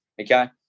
Okay